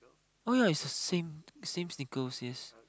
oh ya it's the same same sneakers yes